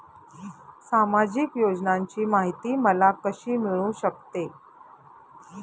सामाजिक योजनांची माहिती मला कशी मिळू शकते?